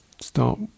Start